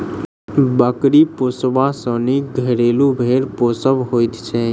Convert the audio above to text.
बकरी पोसबा सॅ नीक घरेलू भेंड़ पोसब होइत छै